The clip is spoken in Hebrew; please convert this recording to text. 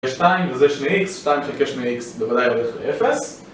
שתיים וזה שני איקס, שתיים חלקי שני איקס, בוודאי הולך לאפס